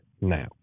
now